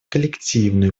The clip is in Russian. коллективную